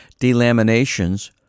delaminations